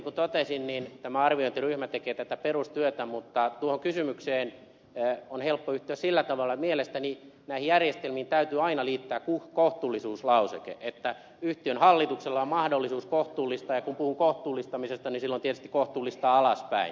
niin kuin totesin tämä arviointiryhmä tekee tätä perustyötä mutta tuohon kysymykseen on helppo yhtyä sillä tavalla että mielestäni näihin järjestelmiin täytyy aina liittää kohtuullisuuslauseke että yhtiön hallituksella on mahdollisuus kohtuullistaa ja kun puhun kohtuullistamisesta niin silloin tietysti kohtuullistaa alaspäin